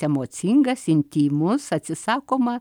emocingas intymus atsisakoma